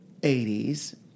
80s